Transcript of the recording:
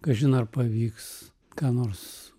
kažin ar pavyks ką nors